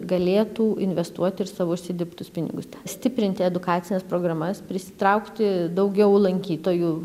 galėtų investuoti ir savo užsidirbtus pinigus stiprinti edukacines programas prisitraukti daugiau lankytojų